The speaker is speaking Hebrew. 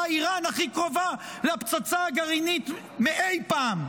איראן הכי קרובה לפצצה הגרעינית מאי פעם.